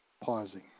pausing